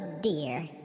dear